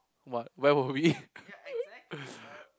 what where were we